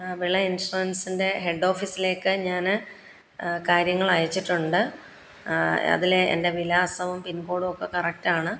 വിള ഇൻഷുറൻസിൻ്റെ ഹെഡ് ഓഫീസിലേക്ക് ഞാൻ കാര്യങ്ങൾ അയച്ചിട്ടുണ്ട് അതിലെ എൻ്റെ വിലാസവും പിൻ കോഡുമൊക്കെ കറക്റ്റ് ആണ്